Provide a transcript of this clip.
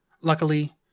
Luckily